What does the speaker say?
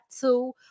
two